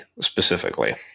specifically